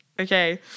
Okay